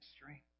strength